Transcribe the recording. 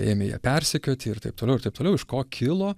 ėmė ją persekioti ir taip toliau ir taip toliau iš ko kilo